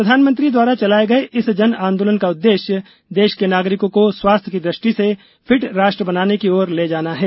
प्रधानमंत्री द्वारा चलाए गये इस जन आंदोलन का उद्देश्य देश के नागरिकों को स्वास्थ्य की दृष्टि से फिट राष्ट्र बनाने की ओर ले जाना है